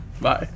Bye